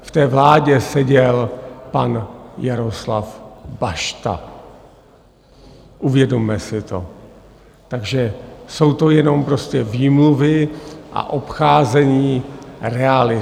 V té vládě seděl pan Jaroslav Bašta, uvědomme si to, takže jsou to jenom prostě výmluvy a obcházení reality.